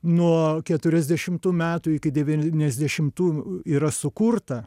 nuo keturiasdešimtų metų iki devyniasdešimtų yra sukurta